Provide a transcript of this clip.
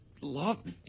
love